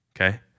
Okay